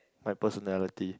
my personality